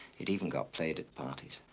it even got played at parties.